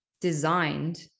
designed